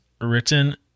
written